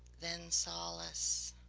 then solace,